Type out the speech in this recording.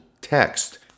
text